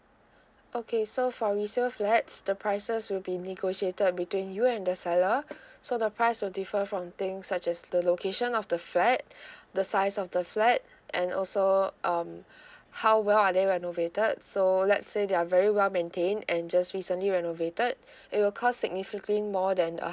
okay so for resale flats the prices will be negotiated between you and the seller so the price will differ from thing such as the location of the flat the size of the flat and also um how well are they renovated so let's say they're very well maintained and just recently renovated it will cost significantly more than a